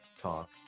Talk